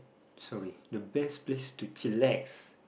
sorry the best place to chillax